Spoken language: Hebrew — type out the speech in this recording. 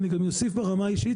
אני גם אוסיף ברמה האישית,